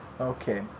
Okay